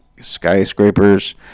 skyscrapers